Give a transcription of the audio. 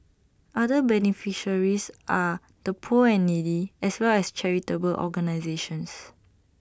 other beneficiaries are the poor and needy as well as charitable organisations